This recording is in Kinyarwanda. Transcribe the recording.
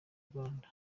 rwanda